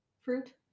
Fruit